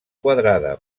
quadrada